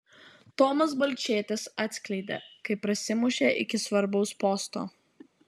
tomas balčėtis atskleidė kaip prasimušė iki svarbaus posto